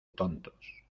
tontos